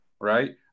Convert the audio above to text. right